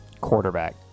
quarterback